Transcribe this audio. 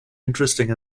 interesting